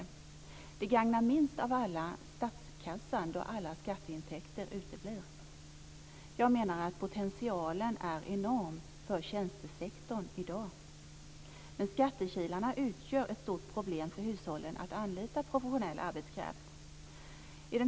Det gagnar minst av alla statskassan då alla skatteintäkter uteblir. Potentialen är enorm för tjänstesektorn i dag. Men skattekilarna medför att det är ett stort problem för hushållen att anlita professionell arbetskraft.